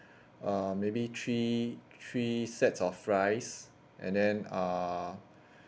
uh maybe three three sets of rice and then uh